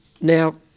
Now